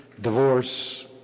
divorce